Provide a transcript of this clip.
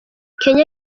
kenya